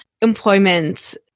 employment